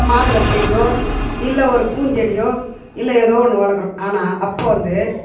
மாதுளஞ்செடியோ இல்லை ஒரு பூஞ்செடியோ இல்லை ஏதோ ஒன்று வளர்க்குறோம் ஆனால் அப்போ வந்து